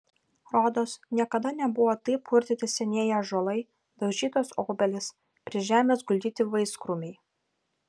rodos niekada nebuvo taip purtyti senieji ąžuolai daužytos obelys prie žemės guldyti vaiskrūmiai